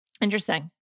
Interesting